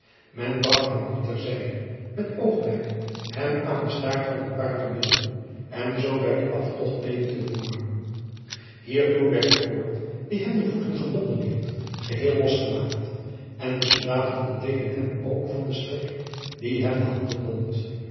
men bracht hem nu ter zijde met oogmerk hem aan de staart van een paard te binden en zoo bij den aftocht mede te voeren hiertoe werd de koord die hem de voeten gebonden hield geheel los gemaakt en de soldaten ontdeden hem ook van den strik die hem de handen bond